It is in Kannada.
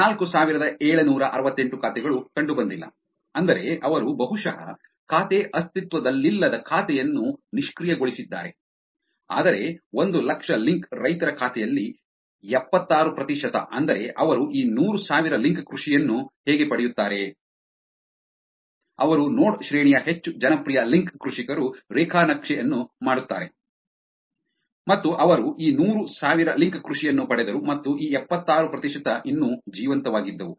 ನಾಲ್ಕು ಸಾವಿರದ ಏಳುನೂರ ಅರವತ್ತೆಂಟು ಖಾತೆಗಳು ಕಂಡುಬಂದಿಲ್ಲ ಅಂದರೆ ಅವರು ಬಹುಶಃ ಖಾತೆ ಅಸ್ತಿತ್ವದಲ್ಲಿಲ್ಲದ ಖಾತೆಯನ್ನು ನಿಷ್ಕ್ರಿಯಗೊಳಿಸಿದ್ದಾರೆ ಆದರೆ ಒಂದು ಲಕ್ಷ ಲಿಂಕ್ ರೈತರ ಖಾತೆಯಲ್ಲಿ ಎಪ್ಪತ್ತಾರು ಪ್ರತಿಶತ ಅಂದರೆ ಅವರು ಈ ನೂರು ಸಾವಿರ ಲಿಂಕ್ ಕೃಷಿಯನ್ನು ಹೇಗೆ ಪಡೆಯುತ್ತಾರೆ ಅವರು ನೋಡ್ ಶ್ರೇಣಿಯ ಹೆಚ್ಚು ಜನಪ್ರಿಯ ಲಿಂಕ್ ಕೃಷಿಕರು ರೇಖಾ ನಕ್ಷೆ ಅನ್ನು ಮಾಡುತ್ತಾರೆ ಮತ್ತು ಅವರು ಈ ನೂರು ಸಾವಿರ ಲಿಂಕ್ ಕೃಷಿಯನ್ನು ಪಡೆದರು ಮತ್ತು ಈ ಎಪ್ಪತ್ತಾರು ಪ್ರತಿಶತ ಇನ್ನೂ ಜೀವಂತವಾಗಿದ್ದವು